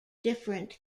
different